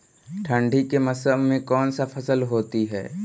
ठंडी के मौसम में कौन सा फसल होती है?